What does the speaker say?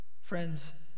Friends